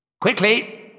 Quickly